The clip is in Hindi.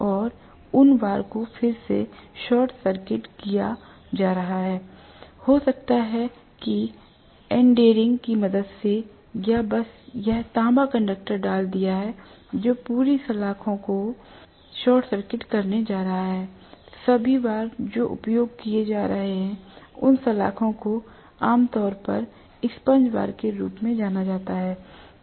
और उन बार को फिर से शॉर्ट सर्किट किया जा रहा है हो सकता है कि एंडियरिंग की मदद से या बस यह तांबा कंडक्टर डाल दिया जो पूरी सलाखों को शॉर्ट सर्किट करने जा रहा है सभी बार जो उपयोग किए जा रहे हैं उन सलाखों को आमतौर पर स्पंज बार के रूप में जाना जाता है